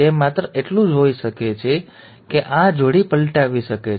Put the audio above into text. તે માત્ર એટલું જ હોઈ શકે છે કે આ જોડી પલટાવી શકે છે